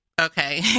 Okay